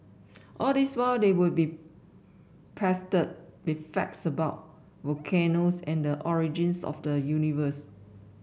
all this while they would be pestered with facts about volcanoes and the origins of the universe